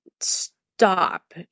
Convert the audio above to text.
stop